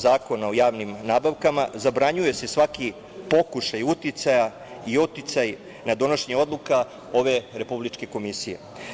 Zakona o javnim nabavkama zabranjuje se svaki pokušaj uticaja i uticaj na donošenje odluka ove Republike komisije.